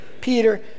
Peter